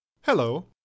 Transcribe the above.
Hello